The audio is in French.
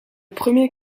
premier